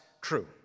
true